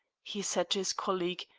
he said to his colleague,